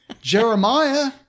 Jeremiah